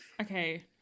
okay